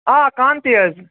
آ کانٛتی حظ